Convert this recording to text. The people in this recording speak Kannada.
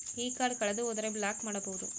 ಈ ಕಾರ್ಡ್ ಕಳೆದು ಹೋದರೆ ಬ್ಲಾಕ್ ಮಾಡಬಹುದು?